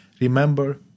Remember